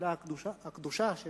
התפילה הקדושה של